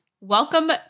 welcome